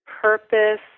purpose